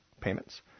payments